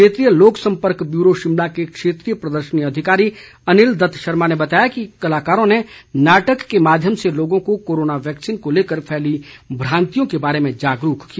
क्षेत्रीय लोक संपर्क ब्यूरो शिमला के क्षेत्रीय प्रदर्शनी अधिकारी अनिल दत्त शर्मा ने बताया कि कलाकारों ने नाटक के माध्यम से लोगों को कोरोना वैक्सीन को लेकर फैली भ्रांतियों के बारे में जागरूक किया